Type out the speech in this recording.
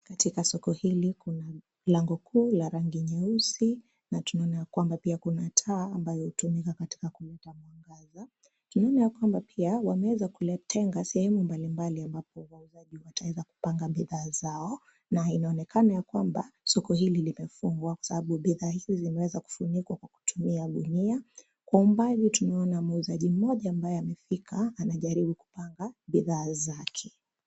Katika soko hili kuna lango kuu la rangi nyeusi na tunaona ya kwamba pia kuna taa ambayo hutumika katika kuleta mwangaza. Tunaona ya kwamba pia, wameweza kutenga sehemu mbalimbali ambapo wauzaji wataweza kupanga bidhaa zao. Na inaonekana ya kwamba soko hili limefungwa kwa sababu bidhaa hizi zimeweza kufunikwa kwa kutumia gunia. Kwa umbali tunaona muuzaji mmoja ambaye amefika; anajaribu kupanga bidhaa zake.